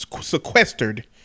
sequestered